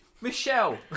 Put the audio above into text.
michelle